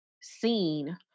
seen